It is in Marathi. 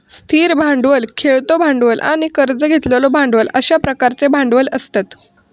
स्थिर भांडवल, खेळतो भांडवल आणि कर्ज घेतलेले भांडवल अश्या प्रकारचे भांडवल असतत